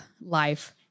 life